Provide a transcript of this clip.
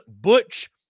Butch